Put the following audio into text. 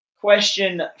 Question